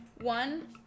One